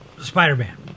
Spider-Man